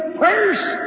first